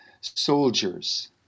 soldiers